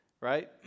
right